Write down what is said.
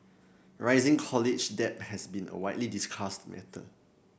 rising college debt has been a widely discussed matter